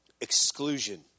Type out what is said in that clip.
exclusion